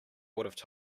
would